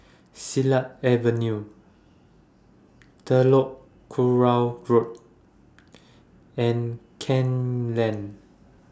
Silat Avenue Telok Kurau Road and Kew Lane